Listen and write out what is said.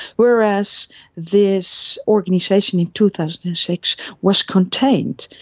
whereas this organisation in two thousand and six was contained.